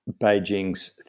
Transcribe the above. Beijing's